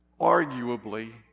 Arguably